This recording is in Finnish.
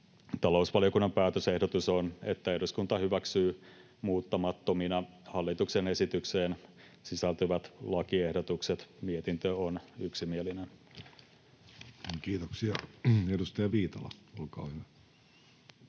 Talousvaliokunnan päätösehdotus on, että eduskunta hyväksyy muuttamattomina hallituksen esitykseen sisältyvät lakiehdotukset. Mietintö on yksimielinen. [Speech 298] Speaker: